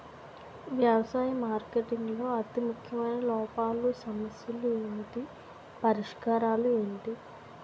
వ్యవసాయ మార్కెటింగ్ లో అతి ముఖ్యమైన లోపాలు సమస్యలు ఏమిటి పరిష్కారాలు ఏంటి?